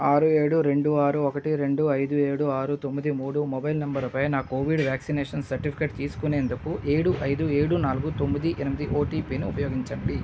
ఆరు ఏడు రెండు ఆరు ఒక్కటి రెండు ఐదు ఏడు ఆరు తొమ్మిది మూడు మొబైల్ నంబరుపై నా కోవిడ్ వ్యాక్సినేషన్ సర్టిఫికేట్ తీసుకునేందుకు ఏడు ఐదు ఏడు నాలుగు తొమ్మిది ఎనిమిది ఓటీపీని ఉపయోగించండి